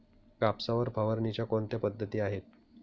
कापसावर फवारणीच्या कोणत्या पद्धती आहेत?